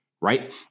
right